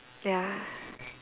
ya